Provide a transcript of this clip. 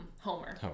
Homer